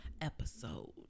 episode